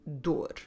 dor